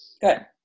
Good